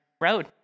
road